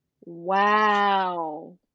Wow